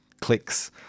clicks